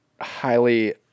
highly